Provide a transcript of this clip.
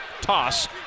Toss